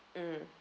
mm